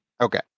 Okay